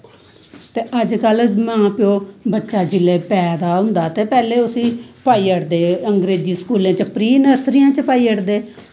ते अजकल मां प्यो बच्चा जिसले पैदा होंदा ते पैह्ले उसी पाई ओड़दे अंग्रेजी स्कूलें च प्री नर्सरियां च पाई ओड़दे